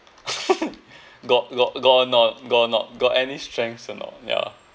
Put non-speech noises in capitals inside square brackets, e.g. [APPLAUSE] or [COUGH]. [LAUGHS] got got got or not got or not got any strengths or not ya